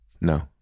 No